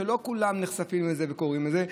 שלא כולם נחשפים לזה וקוראים את זה,